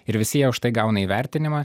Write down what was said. ir visi jie užtai gauna įvertinimą